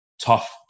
tough